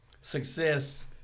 success